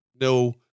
no